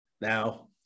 Now